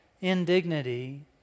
indignity